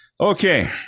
Okay